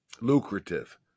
lucrative